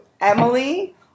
Emily